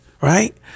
Right